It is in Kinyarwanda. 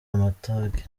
amatage